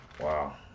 Wow